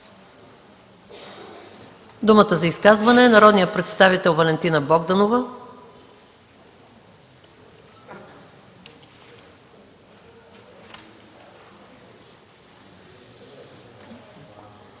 Думата за изказване има народният представител Валентина Богданова.